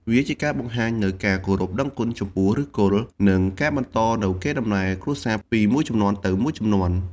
វាជាការបង្ហាញនូវការគោរពដឹងគុណចំពោះឫសគល់ និងការបន្តនូវកេរដំណែលគ្រួសារពីមួយជំនាន់ទៅមួយជំនាន់។